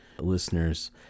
listeners